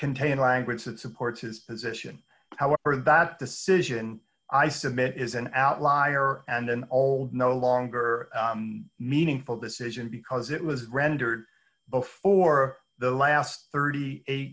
contain language that supports his position however that decision i submit is an outlier and an old no longer meaningful decision because it was rendered before the last thirty eight